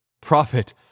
Prophet